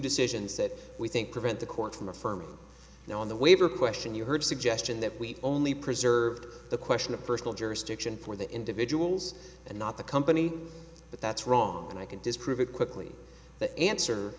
decisions that we think prevent the court from affirming now on the waiver question you heard suggestion that we only preserve the question of personal jurisdiction for the individuals and not the company but that's wrong and i can disprove it quickly that answer